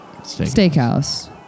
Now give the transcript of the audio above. steakhouse